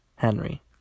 Henry